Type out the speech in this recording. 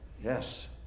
yes